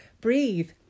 breathe